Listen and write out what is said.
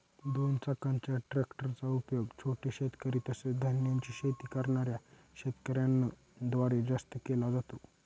दोन चाकाच्या ट्रॅक्टर चा उपयोग छोटे शेतकरी, तसेच धान्याची शेती करणाऱ्या शेतकऱ्यांन द्वारे जास्त केला जातो